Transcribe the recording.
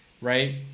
right